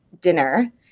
dinner